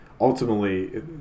Ultimately